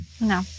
no